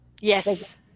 Yes